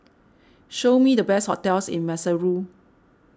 show me the best hotels in Maseru